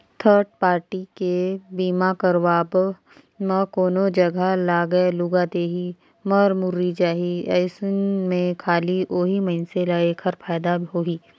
third party के बीमा करवाब म कोनो जघा लागय लूगा देही, मर मुर्री जाही अइसन में खाली ओही मइनसे ल ऐखर फायदा होही